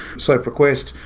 sop request,